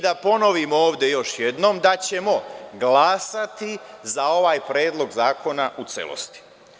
Da ponovim ovde još jednom da ćemo glasati za ovaj Predlog zakona u celosti.